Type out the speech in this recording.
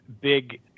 big